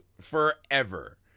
forever